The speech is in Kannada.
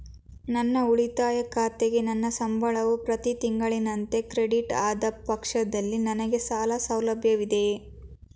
ನನ್ನ ಉಳಿತಾಯ ಖಾತೆಗೆ ನನ್ನ ಸಂಬಳವು ಪ್ರತಿ ತಿಂಗಳಿನಂತೆ ಕ್ರೆಡಿಟ್ ಆದ ಪಕ್ಷದಲ್ಲಿ ನನಗೆ ಸಾಲ ಸೌಲಭ್ಯವಿದೆಯೇ?